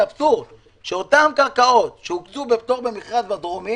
זה אבסורד שאותן קרקעות שהוקצו בפטור במכרז לדרומי